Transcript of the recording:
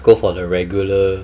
go for the regular